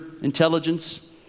intelligence